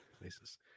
places